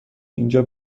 اینجا